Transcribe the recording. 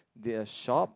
their shop